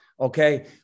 okay